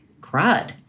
crud